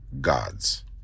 gods